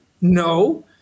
No